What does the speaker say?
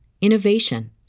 innovation